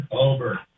Over